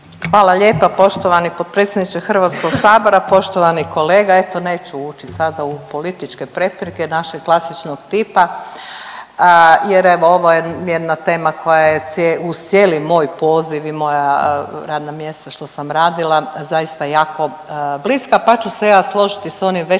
Hvala lijepa poštovani potpredsjedniče HS-a, poštovani kolega, eto neću ući sada u političke prepirke naše klasičnog tipa jer evo, ovo je jedna tema koja je uz cijeli moj poziv i moja radna mjesta što sam radila, zaista jako bliska pa ću se ja složiti s onim većim